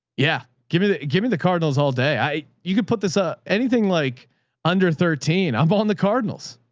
yeah. give me the, give me the cardinals all day. i, you can put this up. anything like under thirteen i'm balling the cardinals.